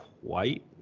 white